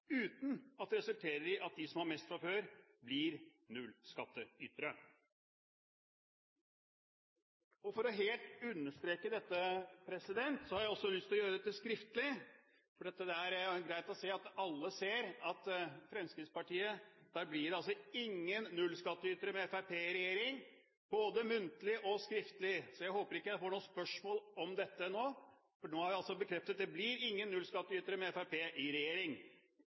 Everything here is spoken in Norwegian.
uten at det resulterer i at de som har mest fra før, blir nullskattytere. For å understreke dette har jeg også lyst til å gjøre det både muntlig og skriftlig, for det er greit at alle ser at det blir ingen nullskattytere med Fremskrittspartiet i regjering. Jeg håper ikke jeg får noen spørsmål om dette nå, for nå har jeg bekreftet at det blir ingen nullskattytere med Fremskrittspartiet i regjering